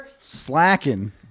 Slacking